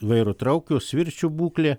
vairo traukių svirčių būklė